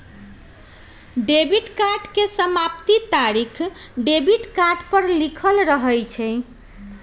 debit card के समाप्ति तारिख डेबिट कार्ड पर लिखल रहइ छै